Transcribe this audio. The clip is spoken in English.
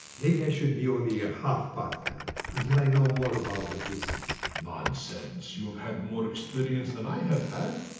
maybe i should be only a half partner until i know more about the business. nonsense. you've had more experience than i have had.